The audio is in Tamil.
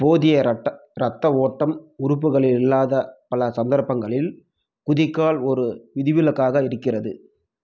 போதிய இரத்த இரத்த ஓட்டம் உறுப்புகளில் இல்லாத பல சந்தர்ப்பங்களில் குதிகால் ஒரு விதிவிலக்காக இருக்கிறது